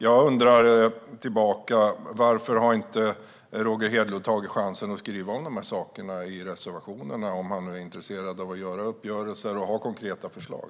Jag undrar tillbaka: Varför har inte Roger Hedlund tagit chansen att skriva om dessa saker i reservationerna, om han nu är intresserad av att göra uppgörelser och har konkreta förslag?